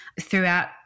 throughout